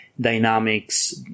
dynamics